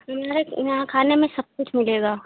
नहीं यहाँ खाने में सब कुछ मिलेगा